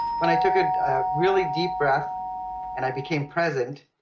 when i took a really deep breath and i became present,